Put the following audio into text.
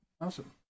awesome